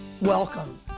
Welcome